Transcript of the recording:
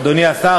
אדוני השר,